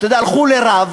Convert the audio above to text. אתה יודע, הלכו לרב,